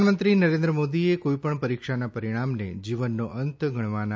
પ્રધાનમંત્રી નરેન્દ્ર મોદીએ કોઈપણ પરીક્ષાના પરિણામને જીવનનો અંત ગણવાના